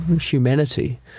humanity